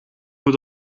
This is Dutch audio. moet